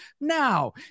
Now